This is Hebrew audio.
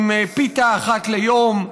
עם פיתה אחת ליום,